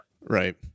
Right